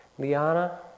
Liana